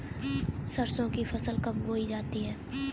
सरसों की फसल कब बोई जाती है?